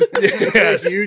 yes